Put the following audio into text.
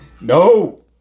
No